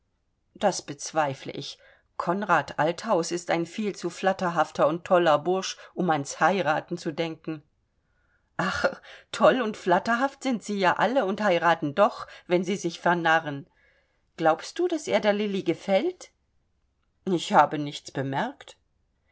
das bezweifle ich konrad althaus ist ein viel zu flatterhafter und toller bursch um ans heiraten zu denken ach toll und flatterhaft sind sie ja alle und heiraten doch wenn sie sich vernarren glaubst du daß er der lilli gefällt ich habe nichts bemerkt